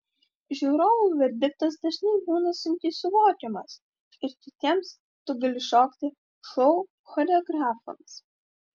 žiūrovų verdiktas dažnai būna sunkiai suvokiamas ir kitiems tu gali šokti šou choreografams